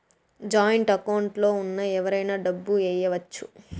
joint account లో ఉన్న ఎవరైనా డబ్బు ఏయచ్చు